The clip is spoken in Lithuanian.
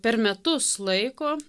per metus laiko